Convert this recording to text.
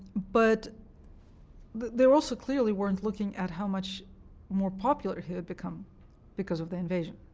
but they also clearly weren't looking at how much more popular he had become because of the invasion.